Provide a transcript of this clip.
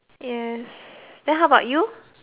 yes then how about you